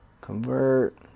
convert